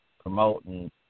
promoting